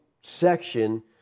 section